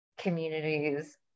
communities